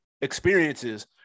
experiences